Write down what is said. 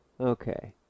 Okay